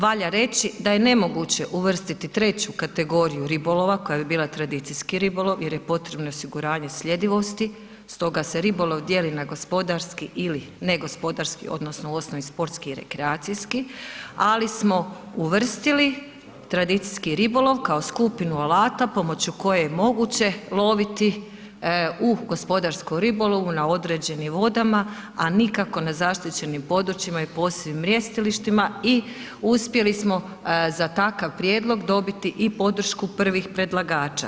Valja reći da je nemoguće uvrstiti treću kategoriju ribolova koja bi bila tradicijski ribolov jer je potrebno osiguranje sljedivosti, stoga se ribolov dijeli na gospodarski ili negospodarski odnosno u osnovi sportski i rekreacijski, ali smo uvrstili tradicijski ribolov kao skupinu alata pomoću koje je moguće loviti u gospodarskom ribolovu na određenim vodama, a nikako na zaštićenim područjima i posebnim mrjestilištima i uspjeli smo za takav prijedlog dobiti i podršku prvih predlagača.